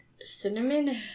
Cinnamon